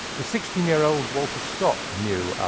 the sixteen year old walter scott knew